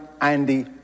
Andy